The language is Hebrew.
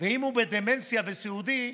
ואם הוא בדמנציה וסיעודי,